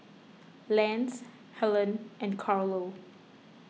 Lance Helene and Carlo